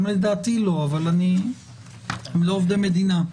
גם לדעתי לא, הם לא עובדי מדינה.